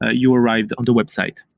ah you arrived on the website.